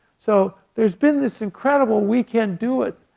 so there's been this incredible we can do it